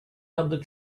public